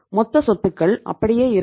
மொத்த சொத்துக்கள் அப்படியே இருக்கும்